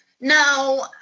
no